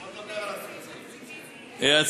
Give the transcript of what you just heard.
יחד אתך נעבור על התקציר, והכול יהיה בסדר.